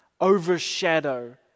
overshadow